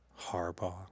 Harbaugh